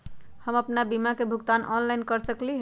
हम अपन बीमा के भुगतान ऑनलाइन कर सकली ह?